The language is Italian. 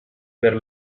per